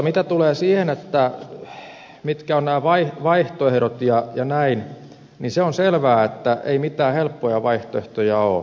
mitä tulee siihen mitkä ovat vaihtoehdot ja näin niin se on selvää että ei mitään helppoja vaihtoehtoja ole